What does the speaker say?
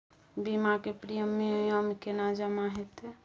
बीमा के प्रीमियम केना जमा हेते?